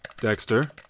Dexter